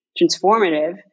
transformative